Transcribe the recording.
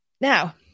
Now